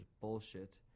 bullshit